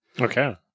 Okay